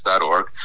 org